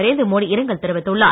நரேந்திர மோடி இரங்கல் தெரிவித்துள்ளார்